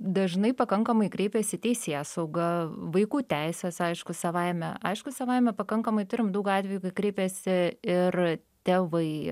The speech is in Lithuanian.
dažnai pakankamai kreipiasi teisėsauga vaikų teises aišku savaime aišku savaime pakankamai turim daug atvejų kai kreipiasi ir tėvai